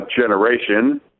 generation